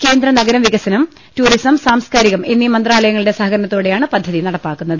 കേന്ദ്ര നഗര വികസനം ടൂറിസം സാംസ്കാരികം എന്നീ മന്ത്രാലയങ്ങളുടെ സഹകരണത്തോടെയാണ് പദ്ധതി നടപ്പാക്കുന്നത്